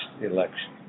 election